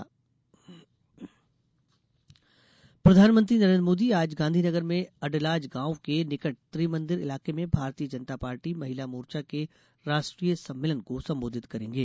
मोदी सम्मेलन प्रधानमंत्री नरेंद्र मोदी आज गांधीनगर में अडलाज गांव के निकट त्रिमंदिर इलाके में भारतीय जनता पार्टी महिला मोर्चे के राष्ट्रीय सम्मेलन को संबोधित करेंगे